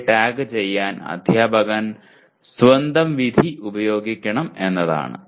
യെ ടാഗ് ചെയ്യാൻ അധ്യാപകൻ സ്വന്തം വിധി ഉപയോഗിക്കണം എന്നതാണ്